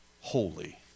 holy